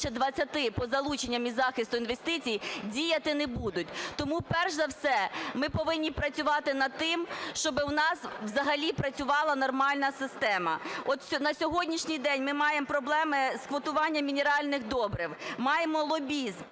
на сьогоднішній день ми маємо проблеми з квотуванням мінеральних добрив, маємо лобізм.